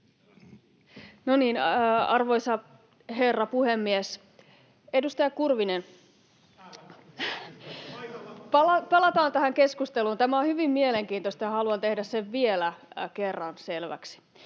Kurvinen: Täällä, paikalla! — Naurua] palataan tähän keskusteluun, tämä on hyvin mielenkiintoista, ja haluan tehdä sen vielä kerran selväksi.